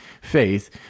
faith